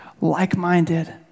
like-minded